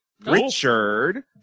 Richard